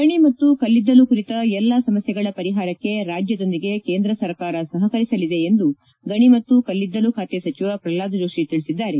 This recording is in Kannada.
ಗಣಿ ಮತ್ತು ಕಲ್ಲಿದ್ದಲು ಕುರಿತ ಎಲ್ಲ ಸಮಸ್ಥೆಗಳ ಪರಿಹಾರಕ್ಷೆ ರಾಜ್ಯದೊಂದಿಗೆ ಕೇಂದ್ರ ಸರ್ಕಾರ ಸಹಕರಿಸಲಿದೆ ಎಂದು ಗಣಿ ಮತ್ತು ಕಲ್ಲಿದ್ದಲು ಖಾತೆ ಸಚಿವ ಪಲ್ಲಾದ್ ಜೋಶ ತಿಳಿಸಿದ್ದಾರೆ